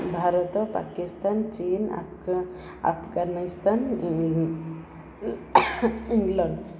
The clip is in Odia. ଭାରତ ପାକିସ୍ତାନ ଚୀନ ଆଫଗାନିସ୍ତାନ ଇଂଲଣ୍ଡ